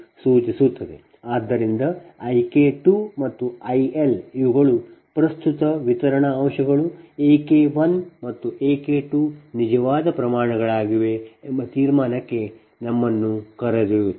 ಆದ್ದರಿಂದ I K2 ಮತ್ತು IL ಇವುಗಳು ಪ್ರಸ್ತುತ ವಿತರಣಾ ಅಂಶಗಳು A K1 ಮತ್ತು A K2 ನಿಜವಾದ ಪ್ರಮಾಣಗಳಾಗಿವೆ ಎಂಬ ತೀರ್ಮಾನಕ್ಕೆ ನಮ್ಮನ್ನು ಕರೆದೊಯ್ಯುತ್ತವೆ